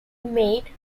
made